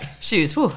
shoes